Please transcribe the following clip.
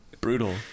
Brutal